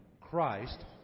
Christ